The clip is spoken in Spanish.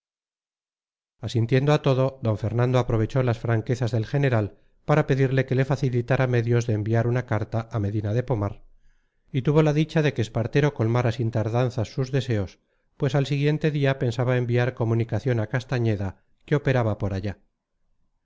asintiendo a todo d fernando aprovechó las franquezas del general para pedirle que le facilitara medios de enviar una carta a medina de pomar y tuvo la dicha de que espartero colmara sin tardanzas sus deseos pues al siguiente día pensaba enviar comunicación a castañeda que operaba por allá